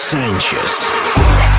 Sanchez